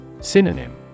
Synonym